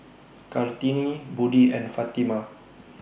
Kartini Budi and Fatimah